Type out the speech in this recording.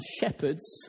shepherds